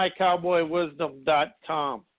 MyCowboyWisdom.com